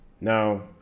Now